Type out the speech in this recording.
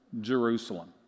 Jerusalem